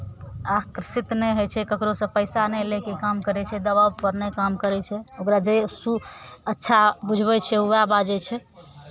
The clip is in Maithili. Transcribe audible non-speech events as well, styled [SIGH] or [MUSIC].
आकर्षित नहि होइ छै ककरोसँ पैसा नहि लए कऽ काम करै छै दबावपर नहि काम करै छै ओकरा जे [UNINTELLIGIBLE] अच्छा बुझबै छै उएह बाजै छै